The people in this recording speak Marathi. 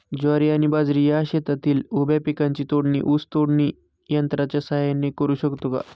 ज्वारी आणि बाजरी या शेतातील उभ्या पिकांची तोडणी ऊस तोडणी यंत्राच्या सहाय्याने करु शकतो का?